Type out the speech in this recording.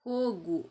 ಹೋಗು